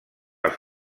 els